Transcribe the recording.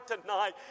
tonight